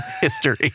history